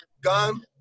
gun